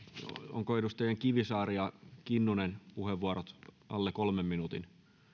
ovatko edustajien kivisaari ja kinnunen puheenvuorot alle kolmen minuutin